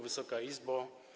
Wysoka Izbo!